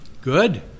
Good